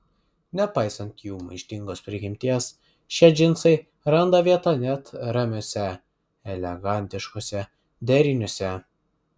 nepaisant jų maištingos prigimties šie džinsai randa vietą net ramiuose elegantiškuose deriniuose